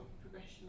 progression